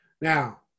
Now